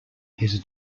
his